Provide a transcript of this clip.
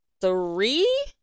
three